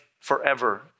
forever